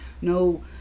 no